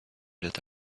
that